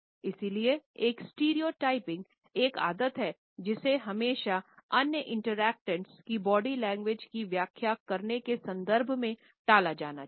इसलिए एक stereo typing की बॉडी लैंग्वेज की व्याख्या करने के संदर्भ में टाला जाना चाहिए